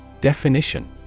Definition